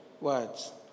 words